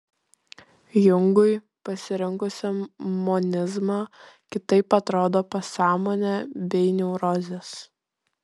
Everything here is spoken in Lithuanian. jungui pasirinkusiam monizmą kitaip atrodo pasąmonė bei neurozės